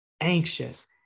anxious